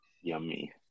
Yummy